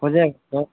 हो जाएगा सर